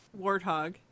warthog